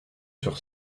sur